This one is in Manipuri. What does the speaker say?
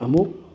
ꯑꯃꯨꯛ